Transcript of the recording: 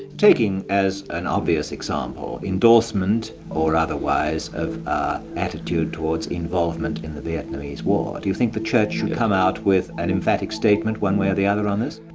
taking as an obvious example, endorsement or otherwise of attitude towards involvement in the vietnamese war. do you think the church should come out with an emphatic statement one way or the other on this?